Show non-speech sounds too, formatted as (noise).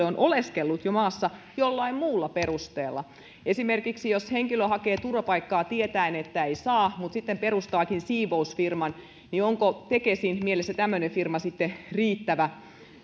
(unintelligible) on oleskellut jo maassa jollain muulla perusteella esimerkiksi jos henkilö hakee turvapaikkaa tietäen että ei saa mutta sitten perustaakin siivousfirman niin onko tekesin mielestä tämmöinen firma sitten